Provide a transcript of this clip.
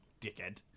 dickhead